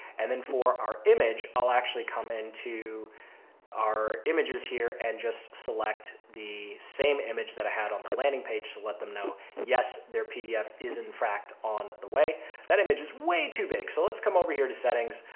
and then for our image, i'll actually come into our images here and just select the same image that i had on the landing page to let them know, yes, their pdf is infract on the way that image is way too big. so let's come over here to settings,